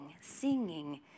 singing